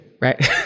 right